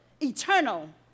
eternal